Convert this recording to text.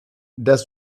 das